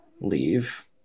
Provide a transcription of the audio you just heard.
leave